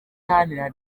iharanira